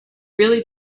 really